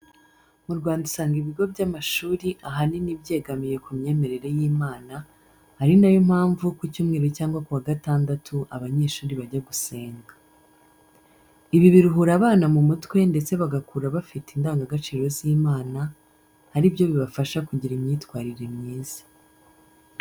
Mu Rwanda usanga ibigo by'amashuri ahanini byegamiye ku myemerere y'Imana, ari yo mpamvu ku cyumweru cyangwa ku wa gatandatu abanyeshuri bajya gusenga. Ibi biruhura abana mu mutwe ndetse bagakura bafite indangagaciro z'Imana, ari byo bibafasha kugira imyitwarire myiza.